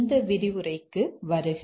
இந்த விரிவுரைக்கு வருக